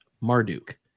Marduk